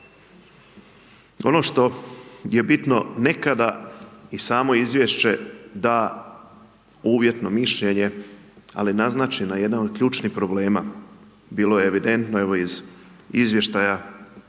Ono što je bitno, nekada i samo izvješće da uvjetno mišljenje, ali naznačena jedna od ključnih problema. Bilo je evidentno evo, iz izvještaja